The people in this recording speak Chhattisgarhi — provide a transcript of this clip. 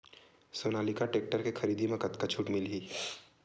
सोनालिका टेक्टर के खरीदी मा कतका छूट मीलही?